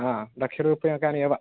ह लक्षरूप्यकाणि एव